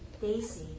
daisy